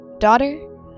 Daughter